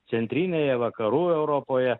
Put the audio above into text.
centrinėje vakarų europoje